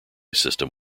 system